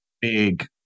big